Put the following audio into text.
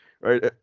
right